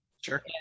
Sure